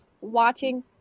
watching